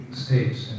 states